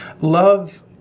love